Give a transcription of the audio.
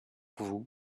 vous